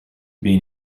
been